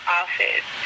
office